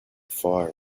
fire